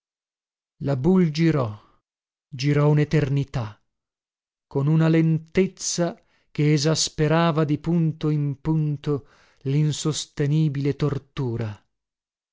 boule girò girò uneternità con una lentezza che esasperava di punto in punto linsostenibile tortura